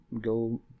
go